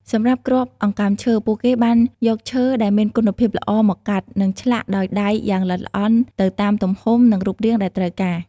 សម្រាប់ គ្រាប់អង្កាំឈើ ពួកគេបានយកឈើដែលមានគុណភាពល្អមកកាត់ និងឆ្លាក់ដោយដៃយ៉ាងល្អិតល្អន់ទៅតាមទំហំ និងរូបរាងដែលត្រូវការ។